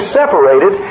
separated